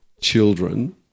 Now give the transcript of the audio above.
children